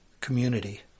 community